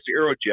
Aerojet